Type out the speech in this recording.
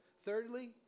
Thirdly